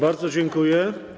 Bardzo dziękuję.